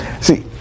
See